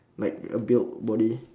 like a built body